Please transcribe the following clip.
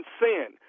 sin